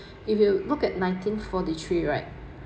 if you look at nineteen forty three right